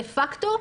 דה פאקטו,